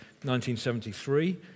1973